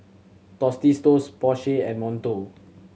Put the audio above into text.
Tostitos Porsche and Monto